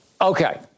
Okay